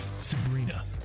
Sabrina